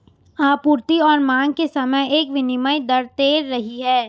आपूर्ति और मांग के समय एक विनिमय दर तैर रही है